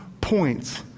points